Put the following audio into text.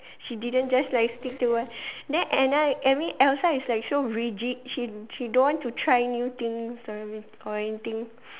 she didn't just like stick to one then Anna I mean Elsa is like so rigid she she don't want to try new things or anything